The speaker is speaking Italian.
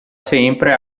sempre